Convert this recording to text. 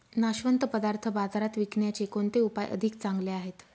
नाशवंत पदार्थ बाजारात विकण्याचे कोणते उपाय अधिक चांगले आहेत?